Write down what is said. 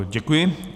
Děkuji.